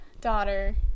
daughter